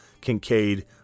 Kincaid